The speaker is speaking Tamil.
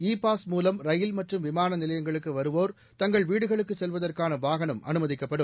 இ பாஸ் மூலம் ரயில் மற்றும் விமான நிலையங்களுக்கு வருவோர் தங்கள் வீடுகளுக்குச் செல்வதற்கான வாகனம் அனுமதிக்கப்படும்